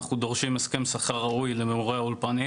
אנחנו דורשים הסכם שכר ראוי למורי האולפנים